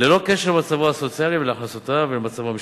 ללא קשר למצבו הסוציאלי ולהכנסותיו ולמצבו המשפחתי.